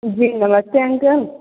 जी नमस्ते अंकल